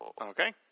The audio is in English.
Okay